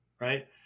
right